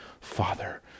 Father